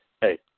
hey